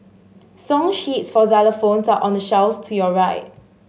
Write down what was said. song sheets for xylophones are on the shelves to your right